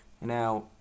Now